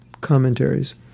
commentaries